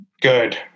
Good